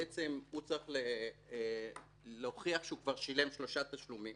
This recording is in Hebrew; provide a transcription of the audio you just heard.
הוא יצטרך להוכיח שהוא כבר שילם שלושה תשלומים,